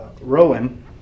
Rowan